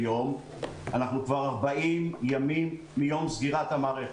אנחנו כבר 40 ימים מיום סגירת המערכת.